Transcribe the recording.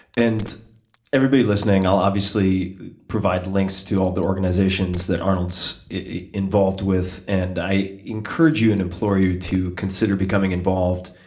and everybody listening, i'll obviously provide links to all of the organizations that arnold's involved with and i encourage you and implore you to consider becoming involved,